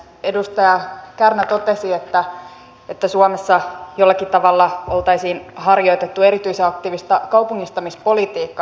edustaja kärnä totesi että suomessa jollakin tavalla oltaisiin harjoitettu erityisen aktiivista kaupungistamispolitiikkaa